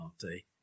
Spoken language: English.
Party